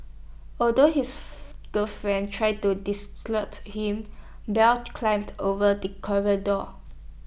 although his girlfriend tried to diss slut him bell climbed over the corridor